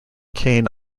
kane